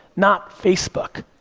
not facebook.